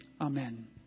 amen